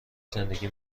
زندگی